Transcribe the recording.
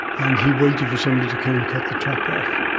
and he waited for somebody to come and cut the top off.